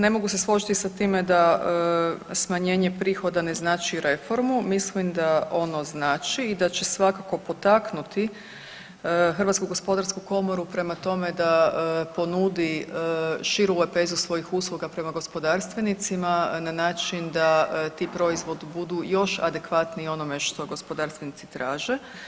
Ne mogu se složiti sa time da smanjenje prihoda ne znači reformu, mislim da ono znači i da će se svakako potaknuti HGK prema tome da ponudi širu lepezu svojih usluga prema gospodarstvenicima na način da ti proizvodi budu još adekvatniji onome što gospodarstvenici traže.